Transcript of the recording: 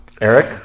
Eric